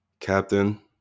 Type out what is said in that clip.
Captain